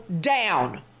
down